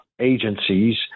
agencies